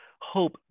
hope